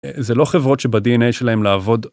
זה לא חברות שבדי.אן.איי שלהן לעבוד.